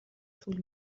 طول